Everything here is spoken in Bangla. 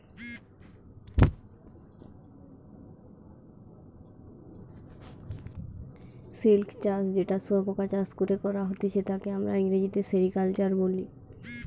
সিল্ক চাষ যেটা শুয়োপোকা চাষ করে করা হতিছে তাকে আমরা ইংরেজিতে সেরিকালচার বলি